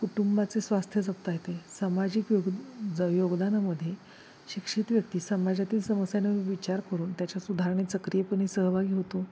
कुटुंबाचे स्वास्थ्य जपता येते सामाजिक योग ज योगदानामध्ये शिक्षित व्यक्ती समाजातील समस्यांना विचार करून त्याच्या सुधारणेत सक्रियपणे सहभागी होतो